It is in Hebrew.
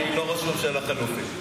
אני לא ראש ממשלה חלופי.